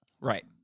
right